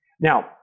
Now